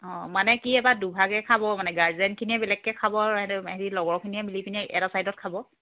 অঁ মানে কি এবাৰ দুভাগে খাব মানে গাৰ্জেনখিনিয়ে বেলেগকৈ খাব এহে ইহঁতে লগৰখিনিয়ে মিলি পিনে এটা ছাইডত খাব